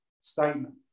statement